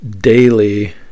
daily